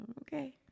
okay